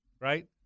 right